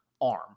arm